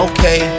Okay